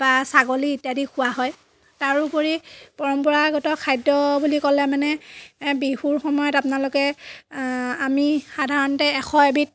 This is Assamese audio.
বা ছাগলী ইত্যাদি খোৱা হয় তাৰ উপৰি পৰম্পৰাগত খাদ্য বুলি ক'লে মানে বিহুৰ সময়ত আপনালোকে আমি সাধাৰণতে এশ এবিধ